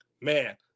man